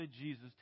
Jesus